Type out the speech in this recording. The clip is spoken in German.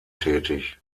tätig